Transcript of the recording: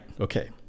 Okay